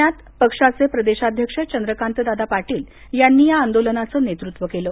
पुण्यात पक्षाचे प्रदेशाध्यक्ष चंद्रकातदादा पाटील यांनी आंदोलनाचं नेतृत्व केलं